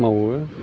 मावो